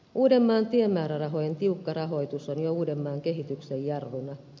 uudenmaan tiemäärärahojen tiukka rahoitus on jo uudenmaan kehityksen jarruna